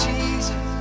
Jesus